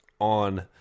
on